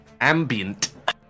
Ambient